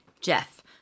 Jeff